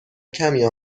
کمی